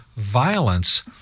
violence